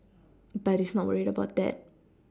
but he's not worried about that